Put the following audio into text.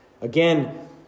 Again